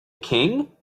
king